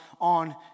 on